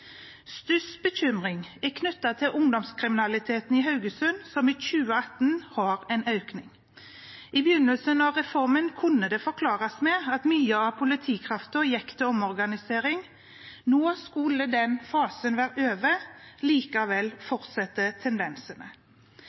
er knyttet til ungdomskriminaliteten, som i 2018 har en økning. I begynnelsen av reformen kunne det forklares med at mye av politikraften gikk til omorganisering. Nå skulle den fasen være over. Likevel fortsetter tendensene.